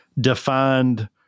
defined